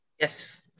yes